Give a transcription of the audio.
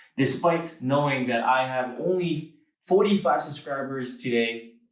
despite knowing that i have only forty five subscribers today,